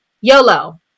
YOLO